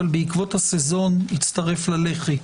אבל בעקבות הסזון הצטרף ללח"י.